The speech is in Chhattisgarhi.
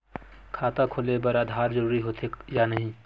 खाता खोले बार आधार जरूरी हो थे या नहीं?